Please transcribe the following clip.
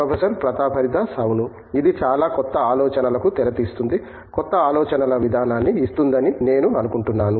professor Pratap Haridas అవును ఇది చాలా కొత్త ఆలోచనలకు తేర తీస్తుంది కొత్త ఆలోచనల విధానాన్ని ఇస్తుందని నేను అనుకుంటున్నాను